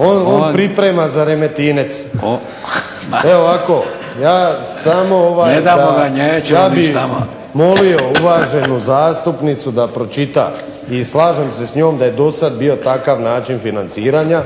On priprema za Remetinec. Evo ovako, ja samo ja bih molio uvaženu zastupnicu da pročita i slažem se s njom da je do sad bio takav način financiranja